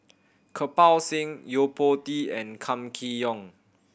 Kirpal Singh Yo Po Tee and Kam Kee Yong